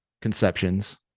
conceptions